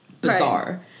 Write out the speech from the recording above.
bizarre